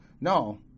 No